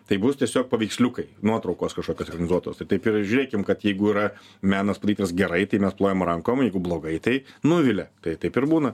tai bus tiesiog paveiksliukai nuotraukos kažkokios ekranizuotos tai taip ir žiūrėkim kad jeigu yra menas padarytas gerai tai mes plojam rankom jeigu blogai tai nuvilia kai taip ir būna